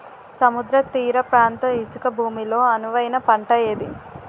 సముద్ర తీర ప్రాంత ఇసుక భూమి లో అనువైన పంట ఏది?